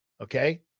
Okay